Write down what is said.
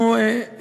אנחנו,